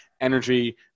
energy